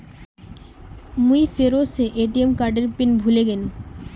मुई फेरो से ए.टी.एम कार्डेर पिन भूले गेनू